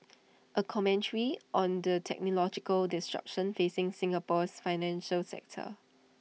A commentary on the technological disruption facing Singapore's financial sector